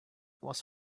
was